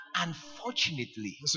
unfortunately